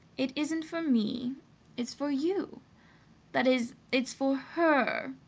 it isn't for me it's for you that is, it's for her.